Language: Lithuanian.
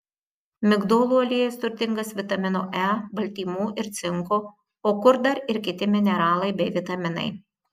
migdolų aliejus turtingas vitamino e baltymų ir cinko o kur dar ir kiti mineralai bei vitaminai